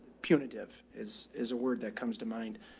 punitive is is a word that comes to mind.